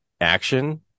action